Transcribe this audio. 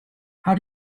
how